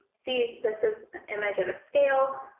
see, this is an image of a scale.